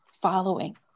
following